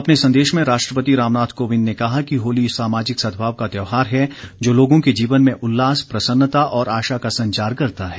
अपने संदेश में राष्ट्रपति रामनाथ कोविंद ने कहा कि होली सामाजिक सदभाव का त्योहार है जो लोगों के जीवन में उल्लास प्रसन्नता और आशा का संचार करता है